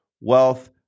wealth